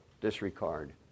disregard